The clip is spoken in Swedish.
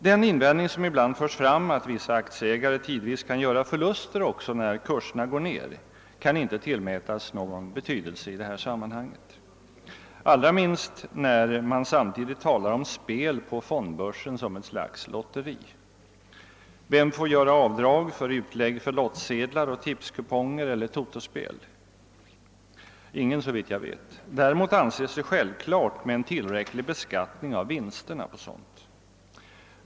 Den invändning som ibland förs fram, att vissa aktieägare tidvis kan göra förluster också när kurserna går ned, kan inte tillmätas någon betydelse i detta sammanhang — allra minst när man samtidigt talar om spel på fondbörsen som ett slags lotteri. Vem får göra avdrag för utlägg för lottsedlar och tipskuponger eller totospel? Ingen, såvitt jag vet. Däremot anses det självklart med en tillräcklig beskattning av vinsterna på sådant.